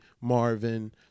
Marvin